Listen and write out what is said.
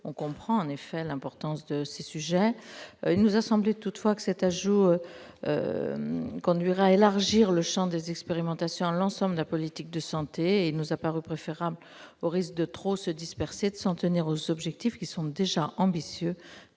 comprend en effet l'importance de ces sujets. Toutefois, il nous a semblé qu'un tel ajout conduirait à élargir le champ des expérimentations à l'ensemble de la politique de santé. Il paraît préférable, pour ne pas trop se disperser, de s'en tenir aux objectifs, qui sont déjà ambitieux